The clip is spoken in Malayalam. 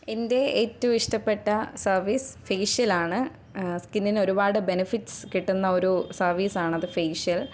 എൻ്റെ ഏറ്റവും ഇഷ്ടപ്പെട്ട സർവ്വീസ് ഫേഷ്യലാണ് സ്കിന്നിന് ഒരുപാട് ബെനിഫിറ്റ്സ് കിട്ടുന്ന ഒരു സർവ്വീസാണത് ഫേഷ്യൽ